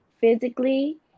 physically